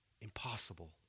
Impossible